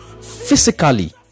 Physically